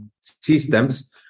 systems